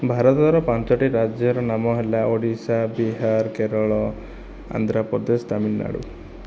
ଭାରତ ପାଞ୍ଚଟି ରାଜ୍ୟର ନାମ ହେଲା ଓଡ଼ିଶା ବିହାର କେରଳ ଆନ୍ଧ୍ରପ୍ରଦେଶ ତାମିଲନାଡ଼ୁ